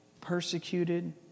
persecuted